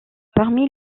parmi